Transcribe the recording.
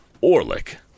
Orlick